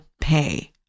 pay